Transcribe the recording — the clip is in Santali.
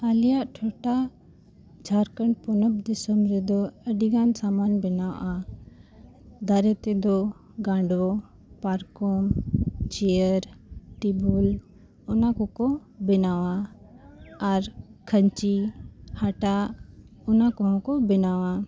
ᱟᱞᱮᱭᱟᱜ ᱴᱚᱴᱷᱟ ᱡᱷᱟᱲᱠᱷᱚᱸᱰ ᱯᱚᱱᱚᱛ ᱫᱤᱥᱚᱢ ᱨᱮᱫᱚ ᱟᱹᱰᱤ ᱜᱟᱱ ᱥᱟᱢᱟᱱ ᱵᱮᱱᱟᱣᱚᱜᱼᱟ ᱫᱟᱨᱮ ᱛᱮᱫᱚ ᱜᱟᱸᱰᱚ ᱯᱟᱨᱠᱚᱢ ᱪᱮᱭᱟᱨ ᱴᱮᱵᱩᱞ ᱚᱱᱟ ᱠᱚᱠᱚ ᱵᱮᱱᱟᱣᱟ ᱟᱨ ᱠᱷᱟᱹᱧᱪᱤ ᱦᱟᱴᱟᱜ ᱚᱱᱟ ᱠᱚᱦᱚᱸ ᱠᱚ ᱵᱮᱱᱟᱣᱟ